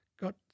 got